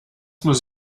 muss